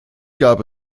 gab